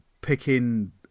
picking